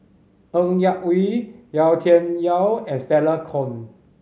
Ng Yak Whee Yau Tian Yau and Stella Kon